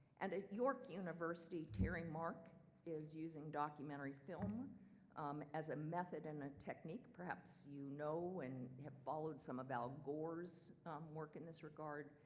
and york university terry mark is using documentary film as a method and a technique. perhaps you know and have followed some of al gore's work in this regard,